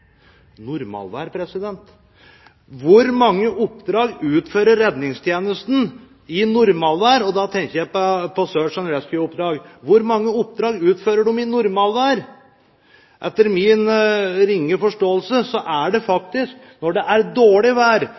Og da tenker jeg på søk- og redningsoppdrag – hvor mange oppdrag utføres i normalvær? Etter min ringe forståelse er det faktisk når det er dårlig vær,